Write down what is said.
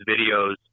videos